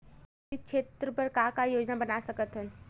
सामाजिक क्षेत्र बर का का योजना बना सकत हन?